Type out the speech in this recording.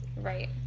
Right